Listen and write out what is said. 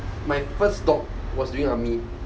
my first dog was during army